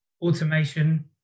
automation